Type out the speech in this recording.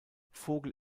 vogel